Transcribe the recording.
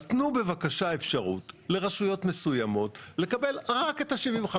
אז תנו בבקשה אפשרות לרשויות מסוימות לקבל רק את ה-75%.